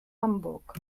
hamburg